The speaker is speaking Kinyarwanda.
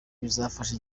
bizafasha